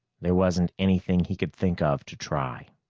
there wasn't anything he could think of to try.